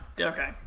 Okay